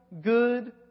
good